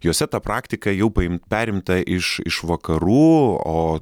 juose ta praktika jau paimt perimta iš iš vakarų o